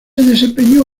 desempeñó